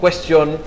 Question